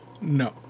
no